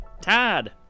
Tad